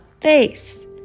face